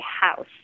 house